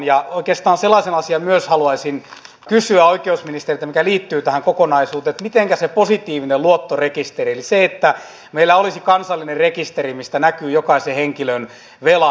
ja oikeastaan myös sellaisen asian haluaisin kysyä oikeusministeriltä mikä liittyy tähän kokonaisuuteen että mitenkä voi se positiivinen luottorekisteri eli se että meillä olisi kansallinen rekisteri mistä näkyvät jokaisen henkilön velat